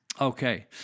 Okay